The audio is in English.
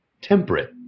temperate